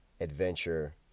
Adventure